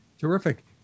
Terrific